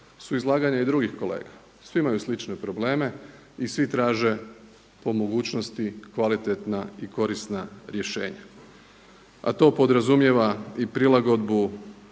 su izlaganja i drugih kolega, svi imaju slične probleme i svi traže po mogućnosti kvalitetna i korisna rješenja. A to podrazumijeva i prilagodbu